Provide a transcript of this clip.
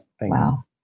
Wow